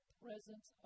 presence